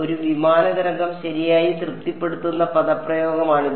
ഒരു വിമാന തരംഗം ശരിയായി തൃപ്തിപ്പെടുത്തുന്ന പദപ്രയോഗമാണിത്